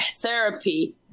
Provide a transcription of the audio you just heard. therapy